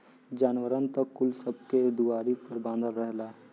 जानवरन त कुल सबे के दुआरी पर बँधल रहेला